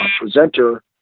presenter